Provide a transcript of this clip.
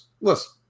listen